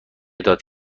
داد